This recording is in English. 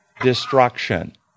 destruction